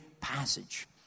passage